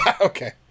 Okay